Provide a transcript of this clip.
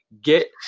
get